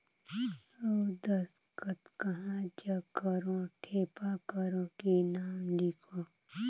अउ दस्खत कहा जग करो ठेपा करो कि नाम लिखो?